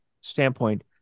standpoint